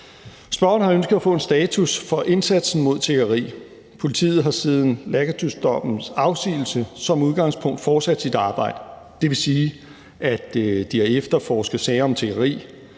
Spørgeren har ønsket at få en status for indsatsen mod tiggeri. Politiet har siden Lacatusdommens afsigelse som udgangspunkt fortsat sit arbejde; det vil sige, at politiet har efterforsket sager om tiggeri